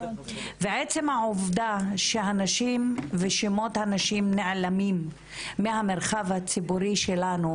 ועצם העובדה שהנשים ושמות הנשים נעלמים מהמרחב הציבורי שלנו,